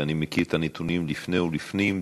ואני מכיר את הנתונים לפני ולפנים,